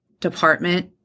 department